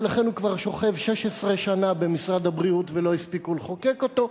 ולכן הוא שוכב כבר 16 שנה במשרד הבריאות ולא הספיקו לחוקק אותו.